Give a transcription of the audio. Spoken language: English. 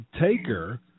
Taker